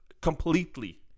completely